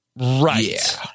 Right